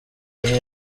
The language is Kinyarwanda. yari